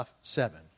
seven